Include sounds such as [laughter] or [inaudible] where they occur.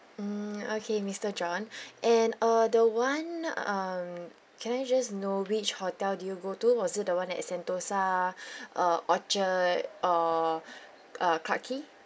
mm okay mister john [breath] and uh the one um can I just know which hotel do you go to was it the one at sentosa [breath] uh orchard or [breath] uh clarke quay